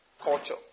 culture